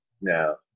No